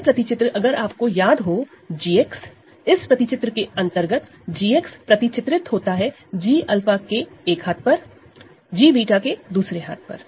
यह मैप अगर आपको याद हो g x इस मैप के अंतर्गत g मैप होता है g𝛂 के एक हाथ पर gβ के दूसरे हाथ पर